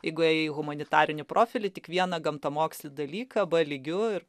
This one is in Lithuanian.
į humanitarinį profilį tik vieną gamtamokslinį dalyką b lygiu ir